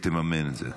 ותממן את זה.